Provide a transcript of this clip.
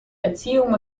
erziehung